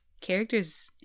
character's